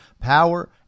power